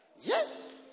Yes